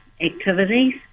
activities